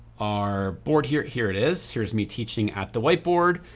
our board here, here it is, here's me teaching at the white board.